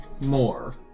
more